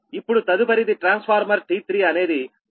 ఇప్పుడు తదుపరిది transformer T3 అనేది 6